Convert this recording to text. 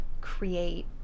create